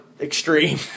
extreme